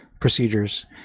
procedures